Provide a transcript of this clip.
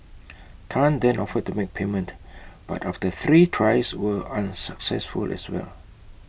Tan then offered to make payment but after three tries were unsuccessful as well